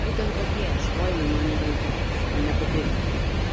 būtent tokie ieškojimai man yra įdomūs o ne popieriniai